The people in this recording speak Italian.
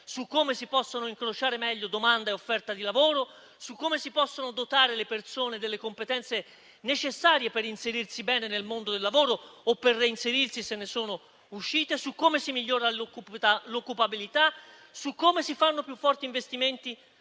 su come si possono incrociare meglio domanda e offerta di lavoro, su come si possono dotare le persone delle competenze necessarie per inserirsi bene nel mondo del lavoro o per reinserirsi, se ne sono uscite, su come si migliora l'occupabilità, su come si fanno investimenti